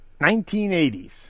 1980s